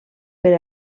per